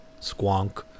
Squonk